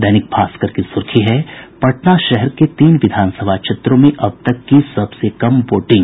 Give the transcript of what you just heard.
दैनिक भास्कर की सुर्खी है पटना शहर के तीन विधानसभा क्षेत्रों में अब तक की सबसे कम वोटिंग